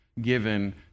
given